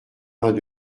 vingt